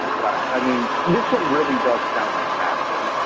um god, i mean, this one really does sound like mad libs.